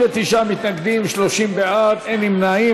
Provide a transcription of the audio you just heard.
39 מתנגדים, 30 בעד, אין נמנעים.